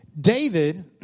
David